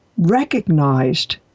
recognized